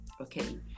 okay